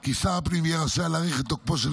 כי שר הפנים יהיה רשאי להאריך את תוקפו של